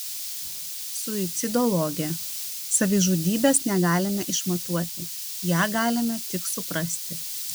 suicidologė savižudybės negalime išmatuoti ją galime tik suprasti